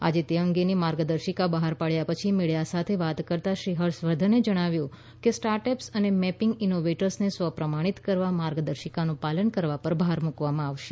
આજે તે અંગેની માર્ગદર્શિકા બહાર પાડ્યા પછી મીડિયા સાથે વાત કરતાં શ્રી હર્ષવર્ધને જણાવ્યું કે સ્ટાર્ટઅપ્સ અને મેપિંગ ઇનોવેટર્સને સ્વ પ્રમાણિત કરવા માર્ગદર્શિકાનું પાલન કરવા પર ભાર મૂકવામાં આવશે